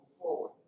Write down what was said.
forward